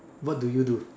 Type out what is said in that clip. what do you do